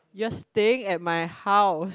you're staying at my house